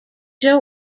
joe